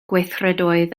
gweithredoedd